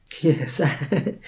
Yes